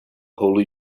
holy